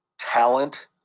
talent